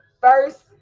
First